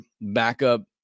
backup